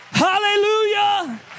Hallelujah